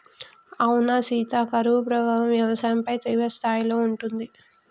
అవునా సీత కరువు ప్రభావం వ్యవసాయంపై తీవ్రస్థాయిలో ఉంటుంది